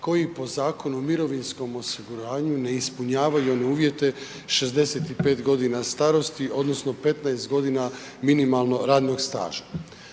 koji po Zakonu o mirovinskom osiguranju ne ispunjavaju one uvjete 65 g. starosti odnosno 15 g. minimalno radnog staža.